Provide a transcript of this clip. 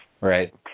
Right